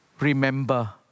remember